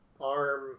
arm